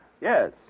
yes